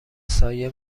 سایه